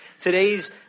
Today's